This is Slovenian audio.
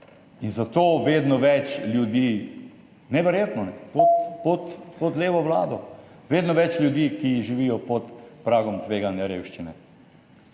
Zato je vedno več ljudi, neverjetno, pod levo vlado, vedno več ljudi, ki živijo pod pragom tveganja revščine.